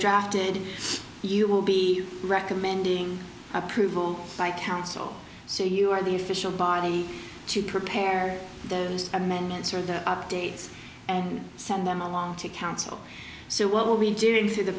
drafted you will be recommending approval by council so you are the official body to prepare those amendments or the updates and send them along to council so what will be doing through the